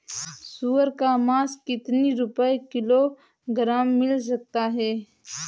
सुअर का मांस कितनी रुपय किलोग्राम मिल सकता है?